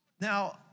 Now